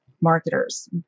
marketers